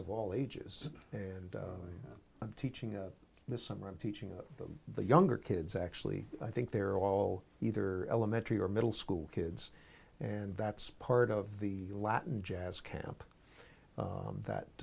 of all ages and i'm teaching this summer i'm teaching them the younger kids actually i think they're all either elementary or middle school kids and that's part of the latin jazz camp that